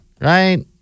Right